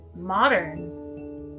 modern